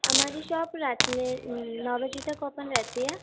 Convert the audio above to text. ہماری شاپ رات میں نو بجے تک اوپن رہتی ہے